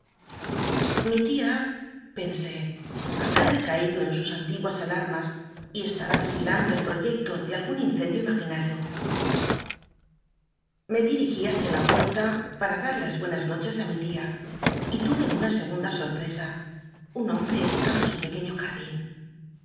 mi tia pensé halm i recaído en sus antiguas alarmas y cst u i vigilando el proyecto de algun incendio imaginado me dirigí hacia la puerta para dar las buenas noches i mi tia y tuve una segunda soj j'esa un hombre estaba en su pequciio